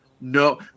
No